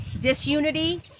disunity